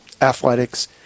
athletics